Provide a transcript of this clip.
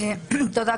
תודה.